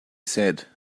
said